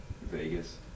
Vegas